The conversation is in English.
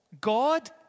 God